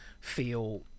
feel